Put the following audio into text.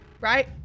right